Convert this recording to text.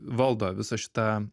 valdo visą šitą